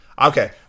Okay